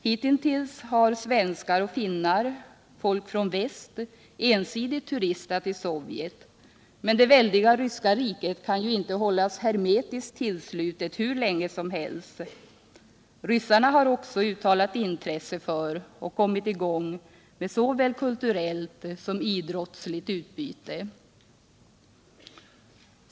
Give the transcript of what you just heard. Hitintills har svenskar och finnar, folk från väst ensidigt turistat i Sovjet, men det väldiga ryska riket kan ju inte hållas hermetiskt tillslutet hur länge som helst. Ryssarna har också uttalat intresse för och kommit i gång med såväl kulturellt som idrottsligt utbyte.